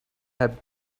had